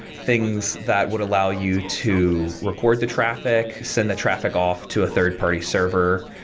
things that would allow you to record the traffic, send the traffic off to a third party server,